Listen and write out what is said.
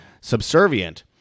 subservient